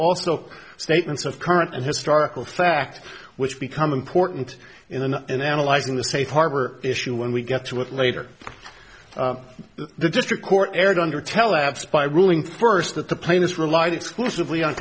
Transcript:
also statements of current and historical facts which become important in an in analyzing the safe harbor issue when we get to it later the district court erred under tellabs by ruling first that the plaintiffs relied exclusively on